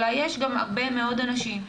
אלא יש גם הרבה מאוד אנשים,